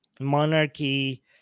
monarchy